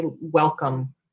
welcome